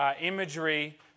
imagery